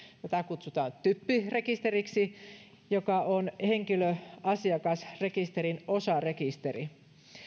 jota kutsutaan typpi rekisteriksi joka on henkilöasiakasrekisterin osarekisteri